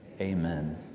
amen